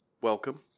Welcome